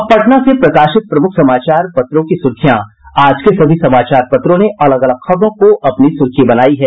अब पटना से प्रकाशित प्रमुख समाचार पत्रों की सुर्खियां आज के सभी समाचार पत्रों ने अलग अलग खबरों को अपनी सुर्खी बनायी है